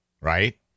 right